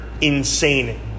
Insane